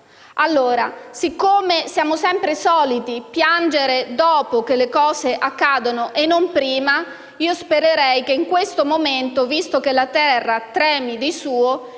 Vajont. Siccome siamo sempre soliti piangere dopo che le cose accadono e non prima, spererei che in questo momento, visto che la terra trema di suo,